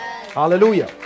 Hallelujah